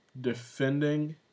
defending